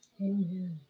Amen